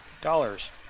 dollars